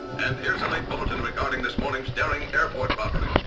and here's a late bulletin regarding this morning's daring airport robbery.